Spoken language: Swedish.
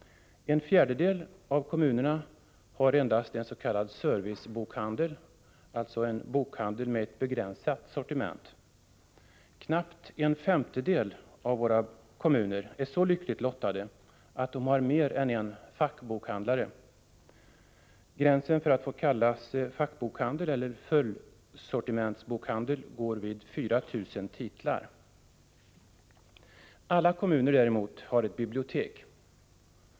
En fjärdedel av kommunerna har endast en s.k. servicebokhandel, alltså en bokhandel med ett begränsat sortiment. Knappt en femtedel av våra kommuner är så lyckligt lottade att de har mer än en fackbokhandlare. Gränsen för att få kallas för fullsortimentsbokhandel eller fackbokhandel går vid 4 000 titlar. Alla kommuner däremot har ett bibliotek.